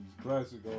Classic